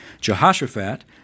Jehoshaphat